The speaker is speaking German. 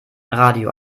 radio